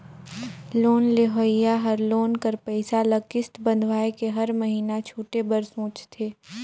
loan लेहोइया हर loan कर पइसा ल किस्त बंधवाए के हर महिना छुटे बर सोंचथे